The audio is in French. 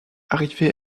arrivé